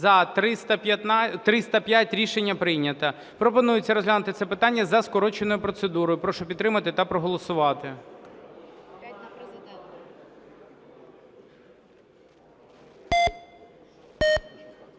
За-305 Рішення прийнято. Пропонується розглянути це питання за скороченою процедурою. Прошу підтримати та проголосувати.